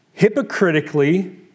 hypocritically